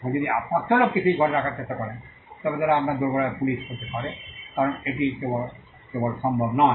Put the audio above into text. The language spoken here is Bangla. এখন যদি আপনি 500 লোককে সেই ঘরে রাখার চেষ্টা করেন তবে তারা আপনার দোরগোড়ায় পুলিশ হতে পারে কারণ এটি কেবল সম্ভব নয়